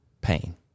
pain